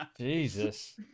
jesus